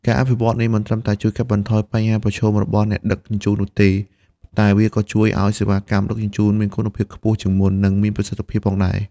ការអភិវឌ្ឍន៍នេះមិនត្រឹមតែជួយកាត់បន្ថយបញ្ហាប្រឈមរបស់អ្នកដឹកជញ្ជូននោះទេ តែវាក៏ជួយឱ្យសេវាកម្មដឹកជញ្ជូនមានគុណភាពខ្ពស់ជាងមុន និងមានប្រសិទ្ធភាពផងដែរ។